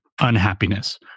unhappiness